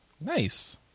Nice